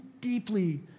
deeply